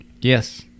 Yes